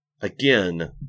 Again